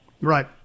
Right